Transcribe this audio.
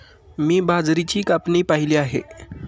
मी बाजरीची कापणी पाहिली आहे